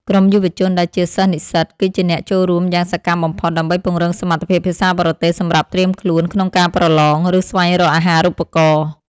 ក្រុមយុវជនដែលជាសិស្សនិស្សិត គឺជាអ្នកចូលរួមយ៉ាងសកម្មបំផុត ដើម្បីពង្រឹងសមត្ថភាពភាសាបរទេសសម្រាប់ត្រៀមខ្លួនក្នុងការប្រឡង ឬស្វែងរកអាហារូបករណ៍។